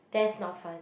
that's not fun